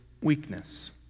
weakness